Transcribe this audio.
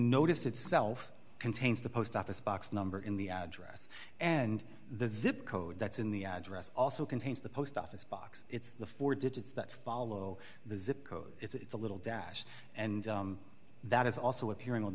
notice itself contains the post office box number in the address and the zip code that's in the address also contains the post office box it's the four digits that follow the zip code it's a little dash and that is also appearing on